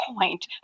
point